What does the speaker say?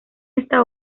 esta